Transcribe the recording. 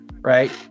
Right